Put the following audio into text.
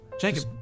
Jacob